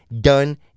done